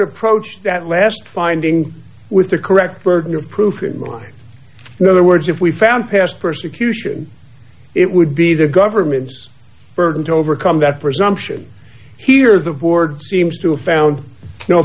approach that last finding with the correct burden of proof in mind other words if we found past persecution it would be the government's burden to overcome that presumption here is the board seems to have found no